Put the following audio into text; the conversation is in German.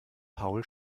paul